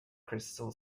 crystal